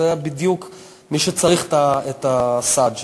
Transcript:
זה בדיוק מי שצריך את הסעד שלנו.